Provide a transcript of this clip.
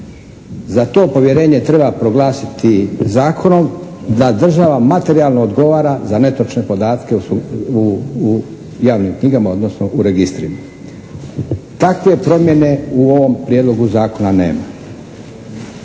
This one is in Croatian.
Za to povjerenje treba proglasiti zakonom da država materijalno odgovara za netočne podatke u javnim knjigama odnosno u registrima. Takve promjene u ovom prijedlogu zakona nema.